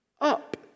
up